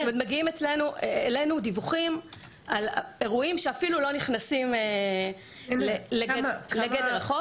מגיעים אלינו דיווחים על אירועים שאפילו לא נכנסים לגדר החוק.